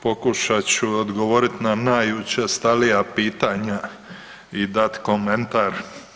Pokušat ću odgovoriti na najučestalija pitanja i dati komentar.